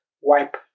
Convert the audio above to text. wipe